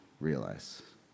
realize